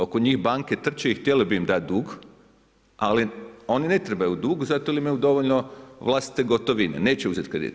Oko njih banke trče i htjele bi im dati dug, ali oni ne trebaju dug zato jer imaju dovoljno vlastite gotovine, neće uzeti kredit.